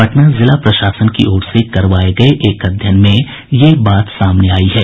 पटना जिला प्रशासन की ओर से करवाये गये एक अध्ययन में यह बात सामने आयी है